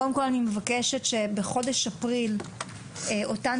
קודם כל אני מבקשת שבחודש אפריל אותן